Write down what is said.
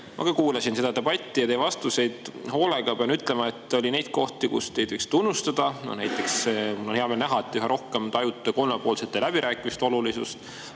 Ma kuulasin hoolega debatti ja teie vastuseid ja pean ütlema, et oli neid kohti, kus teid võiks tunnustada. Näiteks mul on hea meel näha, et üha rohkem tajute te kolmepoolsete läbirääkimiste olulisust.